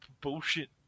bullshit